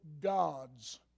gods